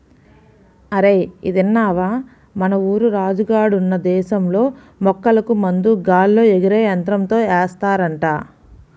అరేయ్ ఇదిన్నవా, మన ఊరు రాజు గాడున్న దేశంలో మొక్కలకు మందు గాల్లో ఎగిరే యంత్రంతో ఏస్తారంట